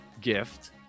Gift